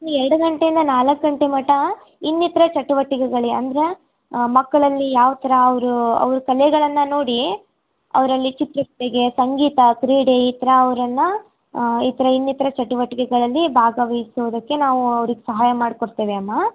ಇನ್ನು ಎರಡು ಗಂಟೆಯಿಂದ ನಾಲ್ಕು ಗಂಟೆ ಮಟ ಇನ್ನಿತರ ಚಟುವಟಿಕೆಗಳು ಅಂದರೆ ಮಕ್ಕಳಲ್ಲಿ ಯಾವ ಥರ ಅವರು ಅವ್ರ ಕಲೆಗಳನ್ನು ನೋಡಿ ಅವರಲ್ಲಿ ಚಿತ್ರಗೀತೆಗೆ ಸಂಗೀತ ಕ್ರೀಡೆ ಈ ಥರ ಅವ್ರನ್ನು ಈ ಥರ ಇನ್ನಿತರ ಚಟುವಟಿಕೆಗಳಲ್ಲಿ ಭಾಗವಹಿಸೋದಕ್ಕೆ ನಾವು ಅವ್ರಿಗೆ ಸಹಾಯ ಮಾಡಿಕೊಡ್ತೇವೆ ಅಮ್ಮ